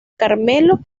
carmelo